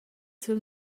sül